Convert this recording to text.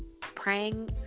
praying